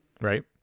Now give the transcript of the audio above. Right